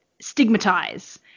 stigmatize